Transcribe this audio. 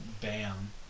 bam